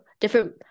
different